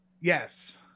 yes